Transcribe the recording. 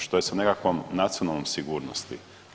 Što je sa nekakvom nacionalnom sigurnosti?